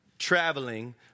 traveling